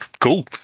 Cool